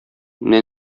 менә